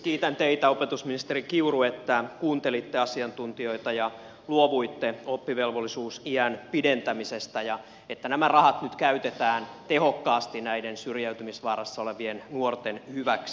kiitän teitä opetusministeri kiuru että kuuntelitte asiantuntijoita ja luovuitte oppivelvollisuusiän pidentämisestä ja että nämä rahat nyt käytetään tehokkaasti syrjäytymisvaarassa olevien nuorten hyväksi